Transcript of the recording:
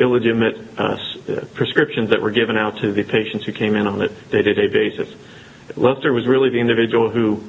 illegitimate prescriptions that were given out to the patients who came in on that day to day basis lester was really the individual who